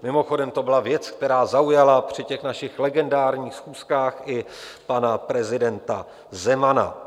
Mimochodem, to byla věc, která zaujala při těch našich legendárních schůzkách i pana prezidenta Zemana.